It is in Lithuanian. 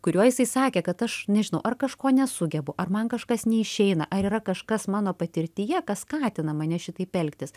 kuriuo jisai sakė kad aš nežinau ar kažko nesugebu ar man kažkas neišeina ar yra kažkas mano patirtyje kas skatina mane šitaip elgtis